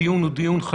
הדיון הוא חשוב,